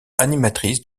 animatrice